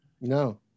No